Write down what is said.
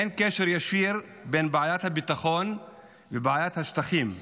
אין קשר ישיר בין בעיית הביטחון לבעיית השטחים: